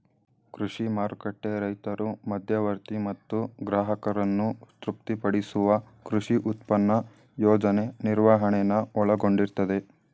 ಕೃಷಿ ಮಾರುಕಟ್ಟೆ ರೈತರು ಮಧ್ಯವರ್ತಿ ಮತ್ತು ಗ್ರಾಹಕರನ್ನು ತೃಪ್ತಿಪಡಿಸುವ ಕೃಷಿ ಉತ್ಪನ್ನ ಯೋಜನೆ ನಿರ್ವಹಣೆನ ಒಳಗೊಂಡಿರ್ತದೆ